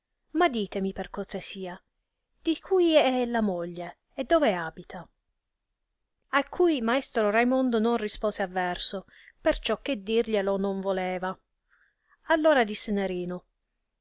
ma ditemi per cortesia di cui è ella moglie e dove abita a cui maestro raimondo non rispose a verso perciò che dirglielo non voleva allora disse nerino